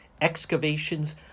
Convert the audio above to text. excavations